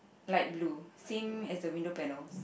light blue same as the window panels